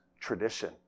tradition